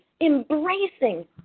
embracing